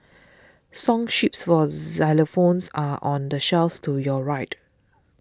song sheets for xylophones are on the shelf to your right